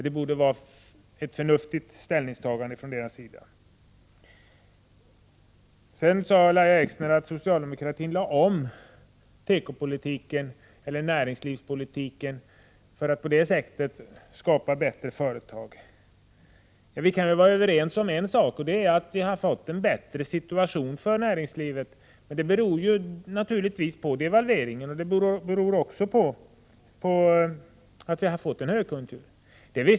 Det borde vara ett förnuftigt ställningstagande från deras sida. Sedan sade Lahja Exner att socialdemokratin lade om näringslivspolitiken för att på det sättet skapa bättre företag. Vi kan vara överens om en sak, och det är att vi har fått en bättre situation för näringslivet. Men det beror naturligtvis på devalveringen och även på att vi har fått en högkonjunktur.